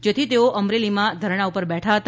જેથી તેઓ અમરેલીમાં ધરણાં પર બેઠા હતા